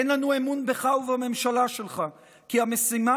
אין לנו אמון בך ובממשלה שלך כי המשימה